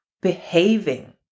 behaving